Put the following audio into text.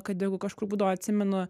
kad degu kažkur būdavo atsimenu